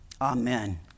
Amen